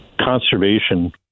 conservation